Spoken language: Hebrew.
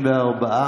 בעד, 34,